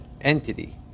entity